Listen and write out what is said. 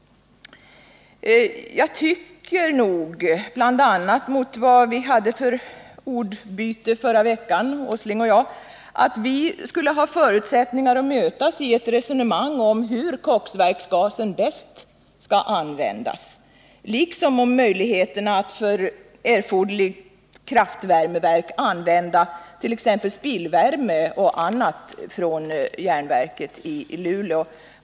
Jag tycker, bl.a. mot bakgrund av det ordbyte Nils Åsling och jag hade förra veckan, att vi skulle ha förutsättningar att mötas i ett resonemang om hur koksverksgasen bäst skall användas, liksom om möjligheterna att för erforderligt kraftvärmeverk använda t.ex. spillvärme och annat från järnverket i Luleå.